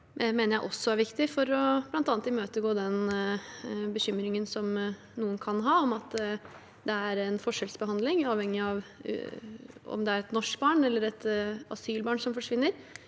også er viktig for bl.a. å imøtegå den bekymringen som noen kan ha, om at det er en forskjellsbehandling avhengig av om det er et norsk barn eller et asylbarn som forsvinner.